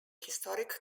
historic